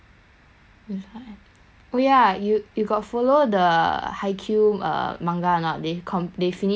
oh ya you you got follow the haikyuu uh manga or not they finish finish already they end ready